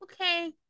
Okay